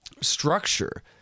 structure